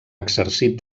exercit